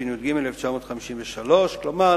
התשי"ג 1953. כלומר,